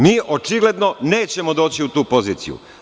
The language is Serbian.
Mi očigledno nećemo doći u tu poziciju.